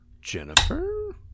Jennifer